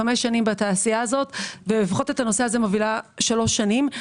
חמש שנים בתעשייה הזו ולפחות את הנושא הזה מובילה שלוש שנים.